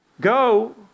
Go